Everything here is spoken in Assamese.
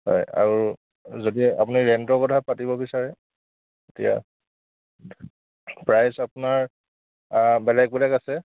হয় আৰু যদি আপুনি ৰেণ্টৰ কথা পাতিব বিচাৰে তেতিয়া প্ৰাইচ আপোনাৰ বেলেগ বেলেগ আছে